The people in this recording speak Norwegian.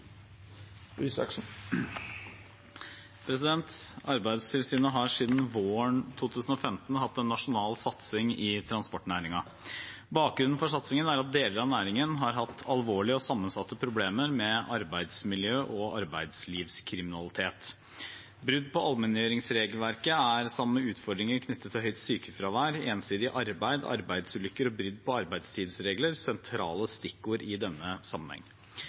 Arbeidstilsynet har siden våren 2015 hatt en nasjonal satsing i transportnæringen. Bakgrunnen for satsingen er at deler av næringen har hatt alvorlige og sammensatte problemer med arbeidsmiljø og arbeidslivskriminalitet. Brudd på allmenngjøringsregelverket er, sammen med utfordringer knyttet til høyt sykefravær, ensidig arbeid, arbeidsulykker og brudd på arbeidstidsregler, sentrale stikkord i denne